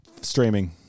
streaming